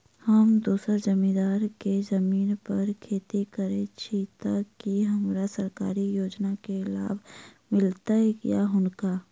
हम दोसर जमींदार केँ जमीन पर खेती करै छी तऽ की हमरा सरकारी योजना केँ लाभ मीलतय या हुनका?